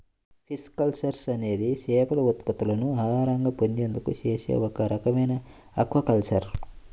pisciculture అనేది చేపల ఉత్పత్తులను ఆహారంగా పొందేందుకు చేసే ఒక రకమైన ఆక్వాకల్చర్